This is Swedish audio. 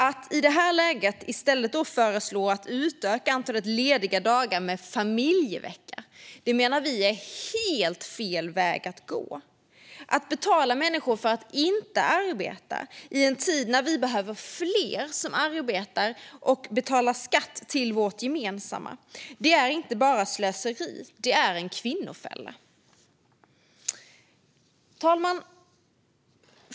Att i det här läget i stället föreslå att utöka antalet lediga dagar med en familjevecka menar vi är helt fel väg att gå. Att betala människor för att inte arbeta, i en tid när vi behöver fler som arbetar och betalar skatt till vårt gemensamma, är inte bara slöseri; det är en kvinnofälla. Fru talman!